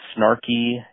snarky